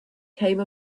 came